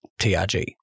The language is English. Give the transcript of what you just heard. TRG